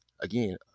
again